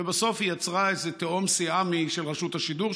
ובסוף היא יצרה איזה תאום סיאמי של רשות השידור,